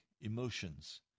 emotions